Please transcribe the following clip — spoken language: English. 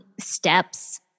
steps